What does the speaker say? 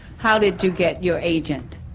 how did you get your agent?